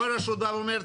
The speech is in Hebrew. כל רשות באה ואומרת,